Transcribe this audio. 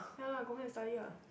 ya lah go home and study lah